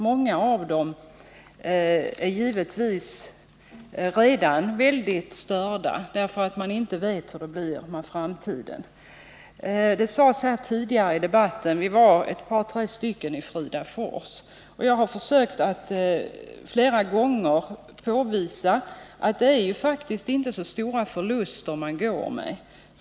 Många av dem är givetvis redan väldigt störda, därför att de inte vet hur det blir med framtiden. Vi var tidigare i debatten ett par tre stycken som talade om Fridafors. Jag har försökt att påvisa att det faktiskt inte är så stora förluster företagen går med.